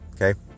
Okay